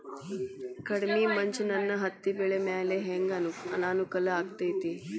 ಕಡಮಿ ಮಂಜ್ ನನ್ ಹತ್ತಿಬೆಳಿ ಮ್ಯಾಲೆ ಹೆಂಗ್ ಅನಾನುಕೂಲ ಆಗ್ತೆತಿ?